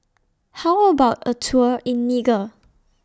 How about A Tour in Niger